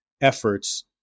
efforts